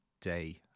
day